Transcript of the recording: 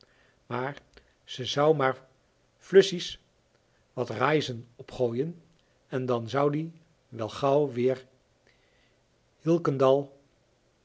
maar ze zou maar flussies wat raizen opgooien en dan zoudie wel gauw weer hielkendal